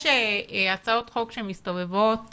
יש הצעות חוק שמסתובבות